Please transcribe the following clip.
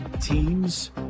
teams